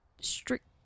strict